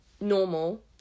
normal